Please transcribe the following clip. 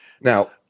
now